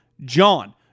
JOHN